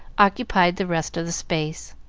occupied the rest of the space.